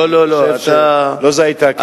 לא זו היתה הכוונה.